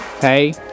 hey